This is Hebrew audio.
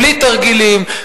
בלי תרגילים,